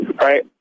right